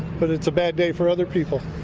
but it's a bad day for other people.